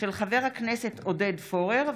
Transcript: מאת חברת הכנסת קרן ברק,